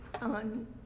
on